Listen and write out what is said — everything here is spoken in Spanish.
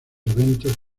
eventos